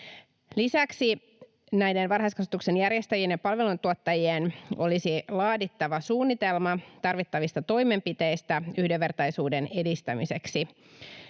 Lisäksi näiden varhaiskasvatuksen järjestäjien ja palveluntuottajien olisi laadittava suunnitelma tarvittavista toimenpiteistä yhdenvertaisuuden edistämiseksi.